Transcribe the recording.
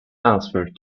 answer